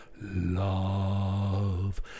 love